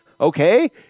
Okay